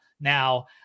now